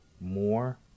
more